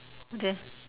okay